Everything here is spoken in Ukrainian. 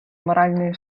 моральної